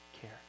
care